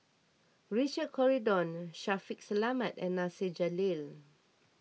Richard Corridon Shaffiq Selamat and Nasir Jalil